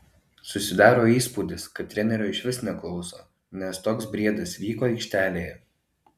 susidaro įspūdis kad trenerio išvis neklauso nes toks briedas vyko aikštelėje